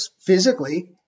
physically